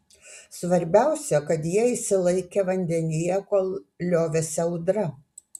svarbiausia kad jie išsilaikė vandenyje kol liovėsi audra